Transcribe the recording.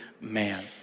man